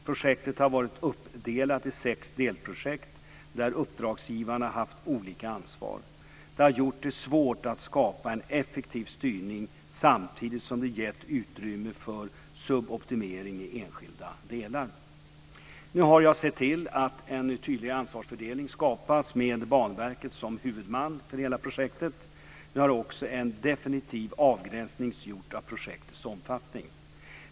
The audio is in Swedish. Projektet har varit uppdelat i sex delprojekt där uppdragsgivarna haft olika ansvar. Det har gjort det svårt att skapa en effektiv styrning samtidigt som det gett utrymme för suboptimering i enskilda delar. Nu har jag sett till att en tydligare ansvarsfördelning skapats med Banverket som huvudman för hela projektet. Nu har också en definitiv avgränsning gjorts av projektets omfattning.